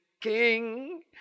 King